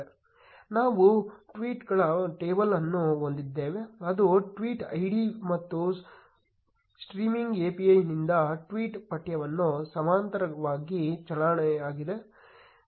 ನಾವು ಟ್ವೀಟ್ಗಳ ಟೇಬಲ್ ಅನ್ನು ಹೊಂದಿದ್ದೇವೆ ಅದು ಟ್ವೀಟ್ ಐಡಿ ಮತ್ತು ಸ್ಟ್ರೀಮಿಂಗ್ API ನಿಂದ ಟ್ವೀಟ್ ಪಠ್ಯವನ್ನು ಸಮಾನಾಂತರವಾಗಿ ಚಾಲನೆಯಲ್ಲಿದೆ